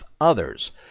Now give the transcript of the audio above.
others